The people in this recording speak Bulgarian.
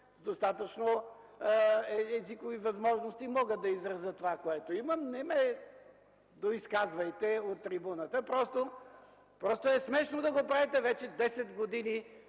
с достатъчно езикови възможности и мога да изразя това, което имам. Не ме доизказвайте от трибуната. Смешно е да го правите. Вече десет години